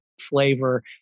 flavor